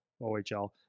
ohl